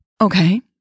Okay